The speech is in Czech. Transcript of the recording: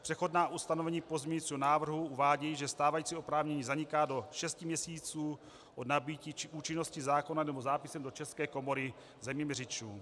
Přechodná ustanovení pozměňujícího návrhu uvádějí, že stávající oprávnění zaniká do šesti měsíců od nabytí účinnosti zákona nebo zápisem do České komory zeměměřičů.